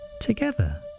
together